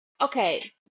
okay